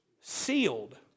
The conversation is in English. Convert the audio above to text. sealed